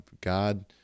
God